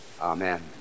Amen